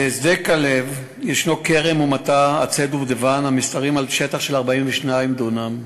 בשדה-כלב יש כרם ומטע עצי דובדבן המשתרעים על שטח של 42 דונם,